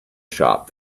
shop